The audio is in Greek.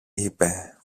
είπε